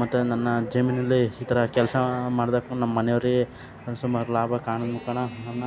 ಮತ್ತೆ ನನ್ನ ಜಮೀನಲ್ಲಿ ಈ ಥರ ಕೆಲಸ ಮಾಡ್ದಕೂ ನಮ್ಮ ಮನೆಯವರೇ ಸುಮಾರು ಲಾಭ ಕಾಣ ಮುಖೇನಾ ನನ್ನ